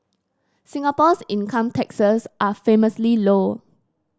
Singapore's income taxes are famously low